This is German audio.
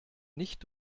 nicht